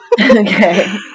okay